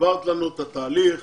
הסברת לנו את התהליך